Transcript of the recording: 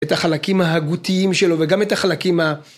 את החלקים ההגותיים שלו, וגם את החלקים ה...